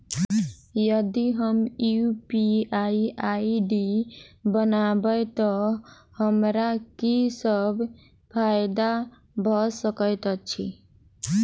यदि हम UPI ID बनाबै तऽ हमरा की सब फायदा भऽ सकैत अछि?